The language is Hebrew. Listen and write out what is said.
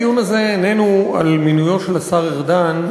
הדיון הזה איננו על המינוי של השר ארדן,